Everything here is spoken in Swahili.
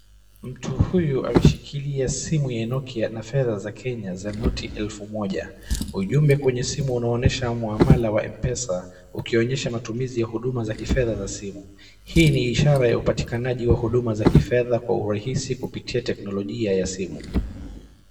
Mtu huyu anashikilia simu ya Nokia na fedha za Kenya za noti elfu moja. Ujumbe kwenye simu unaonyesha mhamala wa Mpesa ukionyesha matumizi ya huduma za kifedha za simu. Hii ni ishara ya upatikanaji wa huduma za kifedha kwa urahisi kwa kupitia teknolojia ya simu.